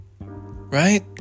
right